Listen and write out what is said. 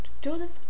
Joseph